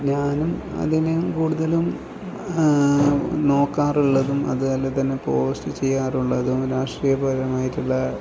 ഞാനും അതിന് കൂടുതലും നോക്കാറുള്ളതും അതുപോലെ തന്നെ പോസ്റ്റ് ചെയ്യാറുള്ളതും രാഷ്ട്രീയപരമായിട്ടുള്ള